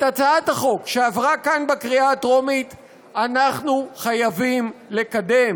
את הצעת החוק שעברה כאן בקריאה הטרומית אנחנו חייבים לקדם,